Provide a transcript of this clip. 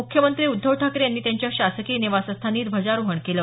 मुख्यमंत्री उद्धव ठाकरे यांनी त्यांच्या शासकीय निवासस्थानी ध्वजारोहण केलं